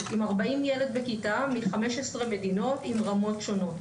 עם 40 ילדים בכיתה מ-15 מדינות עם רמות שונות,